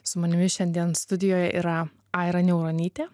su manimi šiandien studijoj yra aira niauronytė